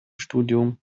studium